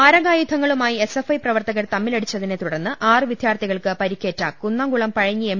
മാരകായു ധ ങ്ങളു മായി എസ് എഫ് ഐ പ്രവർത്ത കർ തമ്മിലടിച്ചതിനെ തുടർന്ന് ആറ് വിദ്യാർത്ഥികൾക്ക് പരിക്കേറ്റ കുന്നം കുളം പഴഞ്ഞി എം